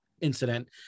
incident